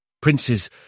Princes